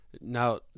Now